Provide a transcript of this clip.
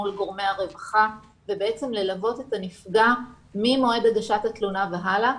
מול גורמי הרווחה ובעצם ללוות את הנפגע ממועד הגשת התלונה והלאה.